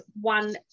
one